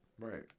Right